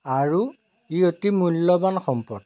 আৰু ই অতি মূল্যবান সম্পদ